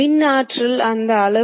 ஏனெனில் இது ஒரு வட்ட வளைவு